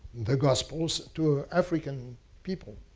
the gospels to african people.